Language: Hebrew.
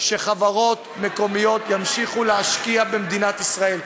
שחברות מקומיות ימשיכו להשקיע במדינת ישראל,